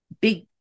big